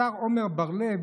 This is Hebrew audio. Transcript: השר עמר בר לב,